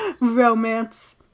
Romance